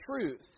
truth